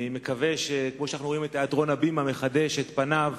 אני מקווה שכמו שאנחנו רואים את תיאטרון "הבימה" מחדש את פניו,